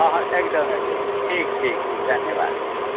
हँ हँ एकदम एकदम ठीक ठीक ठीक धन्यवाद